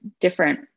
different